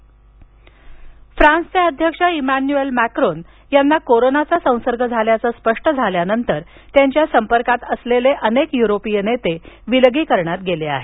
Macron विलगीकरण फ्रान्सचे अध्यक्ष इमॅन्युएल मॅक्रोन यांना कोरोनाचा संसर्ग झाल्याचं स्पष्ट झाल्यानंतर त्यांच्या संपर्कात आलेले अनेक यूरोपीय नेते विलगीकरणात गेले आहेत